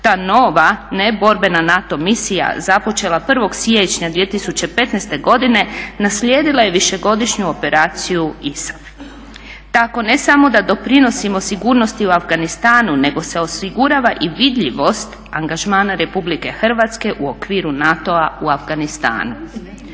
Ta nova neborbena NATO misija započela 1. siječnja 2015. godine naslijedila je višegodišnju operaciju ISAF. Tako ne samo da doprinosimo sigurnosti u Afganistanu, nego se osigurava i vidljivost angažmana RH u okviru NATO-a u Afganistanu.